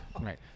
Right